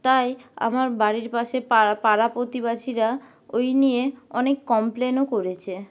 তাই আমার বাড়ির পাশে পাড়া পাড়া প্রতিবেশীরা ওই নিয়ে অনেক কমপ্লেনও করেছে